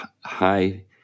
high